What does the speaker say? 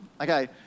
Okay